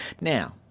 Now